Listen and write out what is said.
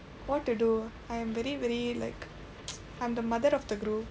what to do I am very very like I'm the mother of the group